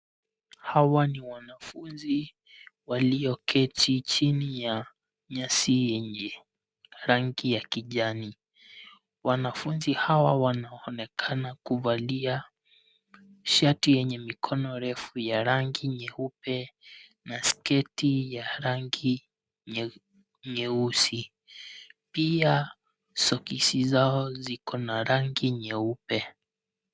Hawa ni wanafunzi walioketi chini ya nyasi yenye rangi ya kijani. Wanafunzi hawa wanaonekana kuvalia shati yenye mikono refu ya rangi nyeupe na sketi ya rangi nyeusi. Pia soksi zao ziko na rangi nyeupe.